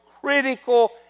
critical